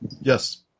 yes